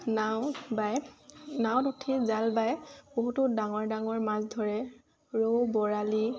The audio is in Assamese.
নাও বায় নাৱত উঠি জাল বাই বহুতো ডাঙৰ ডাঙৰ মাছ ধৰে ৰৌ বৰালি